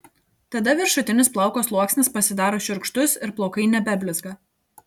tada viršutinis plauko sluoksnis pasidaro šiurkštus ir plaukai nebeblizga